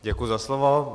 Děkuji za slovo.